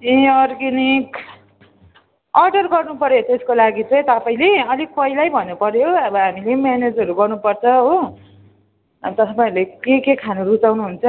ए organic order गर्नुपऱ्यो त्यसको लागि चाहिँ तपाईँले अलिक पहिल्यै भन्नुपऱ्यो अब हामीले पनि म्यानेजहरू गर्नुपर्छ हो अब तपाईँहरूले के के खानु रुचाउनु हुन्छ